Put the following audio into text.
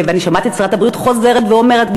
ואני שמעתי את שרת הבריאות חוזרת ואומרת,